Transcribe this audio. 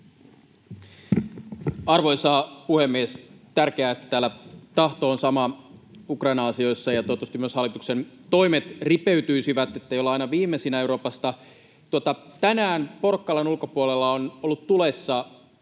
Arvoisa puhemies! Tärkeää, että täällä tahto on sama Ukraina-asioissa, ja toivottavasti myös hallituksen toimet ripeytyisivät, ettei olla aina viimeisinä Euroopasta. Tänään Porkkalan ulkopuolella on ollut tulessa